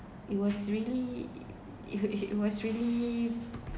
it was really it it was really